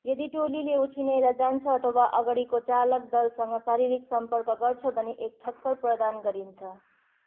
यदि टोलीले उछिनेर जान्छ अथवा अगाडिको चालक दलसँग शारीरिक सम्पर्क गर्छ भने एक ठक्कर प्रदान गरिन्छ